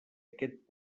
aquest